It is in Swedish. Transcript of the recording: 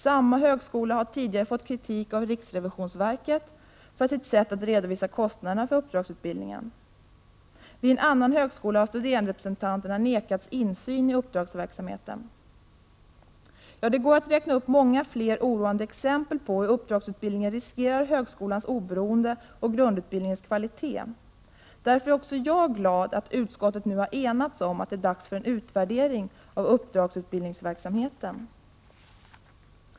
Samma högskola har tidigare fått kritik av riksrevisionsverket för sitt sätt att redovisa kostnaderna för uppdragsutbildningen. Vid en annan högskola har studeranderepresentanterna nekats insyn i uppdragsverksamheten. Det går att räkna upp många fler oroande exempel på hur uppdragsutbildningen riskerar högskolans oberoende och grundutbildningens kvalitet. Därför är också jag glad att utskottet har enats om att det nu är dags för en utvärdering av uppdragsutbildningsverksamheten.